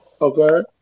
Okay